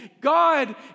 God